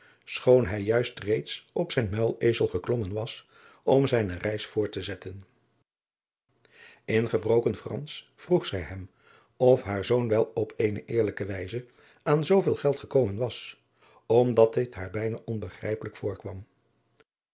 hij juist reeds op zijn adriaan loosjes pzn het leven van maurits lijnslager muilezel geklommen was om zijne reis voort te zetten in gebroken fransch vroeg zij hem of haar zoon wel op eene eerlijke wijze aan zooveel geld gekomen was om dat dit haar bijna onbegrijpelijk voorkwam